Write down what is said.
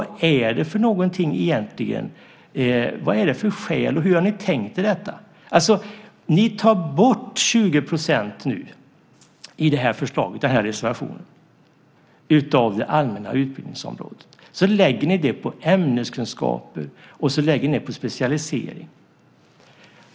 Hur har ni egentligen tänkt er detta, och vad har ni för skäl? I er reservation föreslår ni att man ska ta bort 20 poäng från det allmänna utbildningsområdet för att i stället lägga det på ämneskunskaper och specialisering.